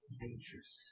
dangerous